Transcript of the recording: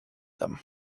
them